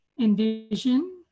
envision